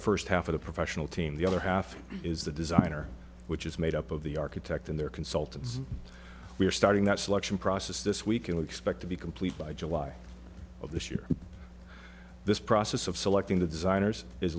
first half of the professional team the other half is the designer which is made up of the architect and their consultants we are starting that selection process this week and we expect to be complete by july of this year this process of selecting the designers is